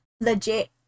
legit